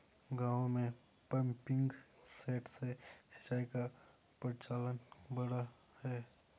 गाँवों में pumping set से सिंचाई का प्रचलन बढ़ा है